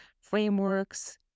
frameworks